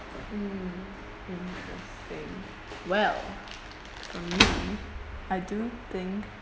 hmm interesting well um I do think